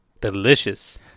delicious